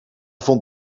vond